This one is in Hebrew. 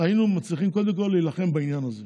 היינו מצליחים קודם כול להילחם בעניין הזה.